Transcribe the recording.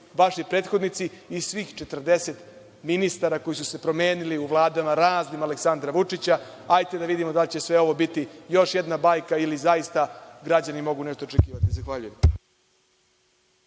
vaši prethodnici i svih 40 ministara koji su se promenili u vladama raznim Aleksandra Vučića. Ajte da vidimo da li će sve ovo biti još jedna bajka, ili zaista građani mogu nešto očekivati. Zahvaljujem.